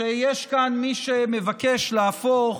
שיש כאן מי שמבקש להפוך